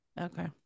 Okay